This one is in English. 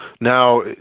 Now